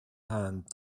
hand